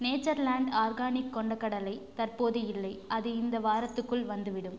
Natureland organic கொண்டைக்கடலை தற்போது இல்லை அது இந்த வாரத்துக்குள் வந்துவிடும்